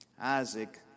Isaac